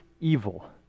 evil